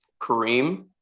Kareem